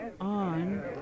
on